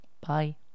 bye